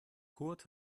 kurt